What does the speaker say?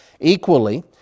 Equally